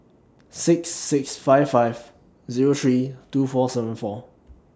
six six five five Zero three two four seven four